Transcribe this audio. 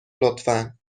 لطفا